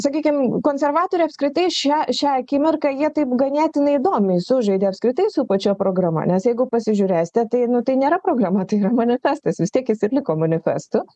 sakykim konservatoriai apskritai šią šią akimirką jie taip ganėtinai įdomiai sužaidė apskritai su pačia programa nes jeigu pasižiūrėsite tai nu tai nėra programa tai ir manifestas vis tiek jis ir liko manifestu